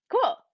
cool